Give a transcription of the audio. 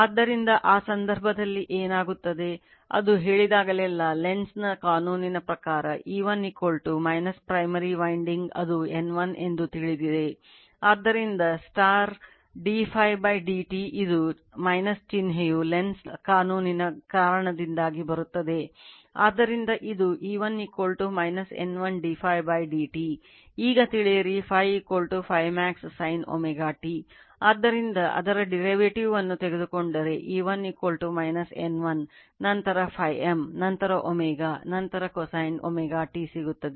ಆದ್ದರಿಂದ ಆ ಸಂದರ್ಭದಲ್ಲಿ ಏನಾಗುತ್ತದೆ ಅದು ಹೇಳಿದಾಗಲೆಲ್ಲಾ Lenz ನ ಕಾನೂನಿನ ಪ್ರಕಾರ E1 primary ವನ್ನು ತೆಗೆದುಕೊಂಡರೆ E1 N1 ನಂತರ Φm ನಂತರ ω ನಂತರ cosine ω t ಸಿಗುತ್ತದೆ